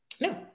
No